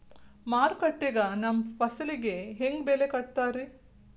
ಮಾರುಕಟ್ಟೆ ಗ ನಮ್ಮ ಫಸಲಿಗೆ ಹೆಂಗ್ ಬೆಲೆ ಕಟ್ಟುತ್ತಾರ ರಿ?